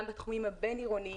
גם בתחומים הבין-עירוניים,